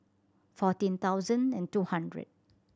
fourteen thousand and two hundred